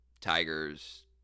Tigers